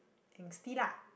angsty lah